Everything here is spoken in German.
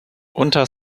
unter